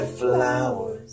flowers